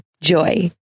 Joy